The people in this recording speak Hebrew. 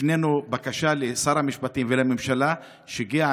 הפנינו בקשה לשר המשפטים ולממשלה שהגיעה